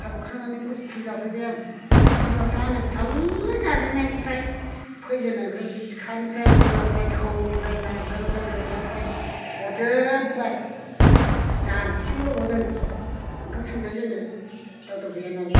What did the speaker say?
खारबोखानानै खस्थ' जाफैबाय आं बिमाफ्रा आंनो थाल्ला जाजेननायनिफ्राय फैजेननायनिफ्राय सिखानिफ्राय रुवानिफ्राय थौनिफ्राय नांगोलनिफ्राय जुंगालनिफ्राय हरजोबबाय जानथिबो हरबावदों ओंखाम संजाजेननो दावदाब गैया नालाय